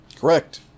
correct